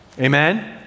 Amen